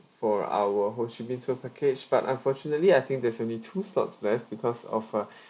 for our ho chi minh tour package but unfortunately I think there's only two slots left because of uh